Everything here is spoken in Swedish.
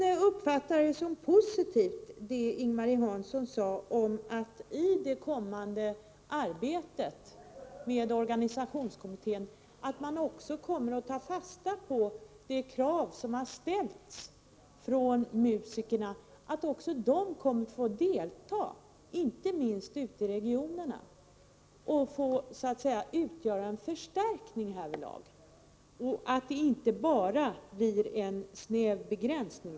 Jag uppfattade det som positivt att Ing-Marie Hansson sade att man i det kommande arbetet med organisationskommittén kommer att ta fasta på musikernas krav på att få delta. Deras deltagande bör då inte begränsas utan omfatta även musikerna ute i regionerna, som i det här sammanhanget borde kunna utgöra en förstärkning.